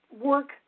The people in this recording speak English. work